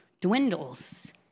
dwindles